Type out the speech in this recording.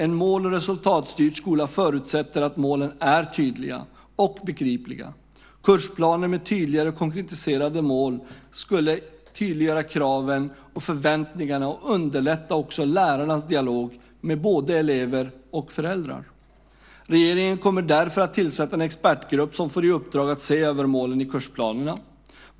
En mål och resultatstyrd skola förutsätter att målen är tydliga och begripliga. Kursplaner med tydligare konkretiserade mål skulle tydliggöra kraven och förväntningarna och också underlätta lärarnas dialog med både elever och föräldrar. Regeringen kommer därför att tillsätta en expertgrupp som får i uppdrag att se över målen i kursplanerna.